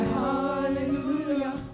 hallelujah